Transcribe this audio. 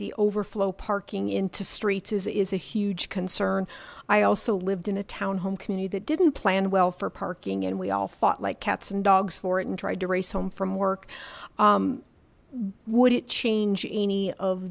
the overflow parking into streets is a huge concern i also lived in a townhome community that didn't plan well for parking and we all fought like cats and dogs for it and tried to race home from work would it change any of